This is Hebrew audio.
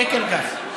שקר גס.